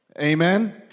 Amen